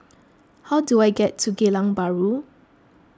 how do I get to Geylang Bahru